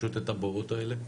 פשוט את הבורות האלה,